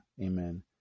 Amen